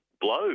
blow